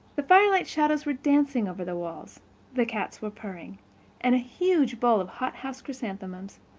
the firelight shadows were dancing over the walls the cats were purring and a huge bowl of hothouse chrysanthemums,